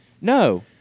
No